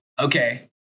Okay